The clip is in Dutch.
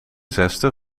zesde